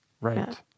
Right